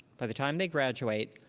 by the time they graduate,